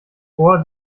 vor